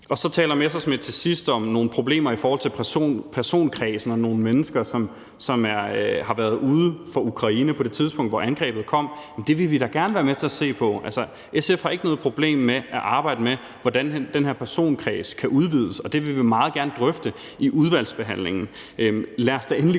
Morten Messerschmidt til sidst om nogle problemer i forhold til personkredsen og nogle mennesker, som har været ude af Ukraine på det tidspunkt, hvor angrebet kom. Jamen det vil vi da gerne være med til at se på. Altså, SF har ikke noget problem med at arbejde med, hvordan den her personkreds kan udvides, og det vil vi meget gerne drøfte i udvalgsbehandlingen.